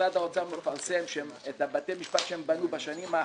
שמשרד האוצר מפרסם את בתי המשפט שהם בנו בשנים האחרונות: